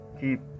keep